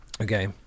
Okay